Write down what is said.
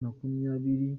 makumyabiri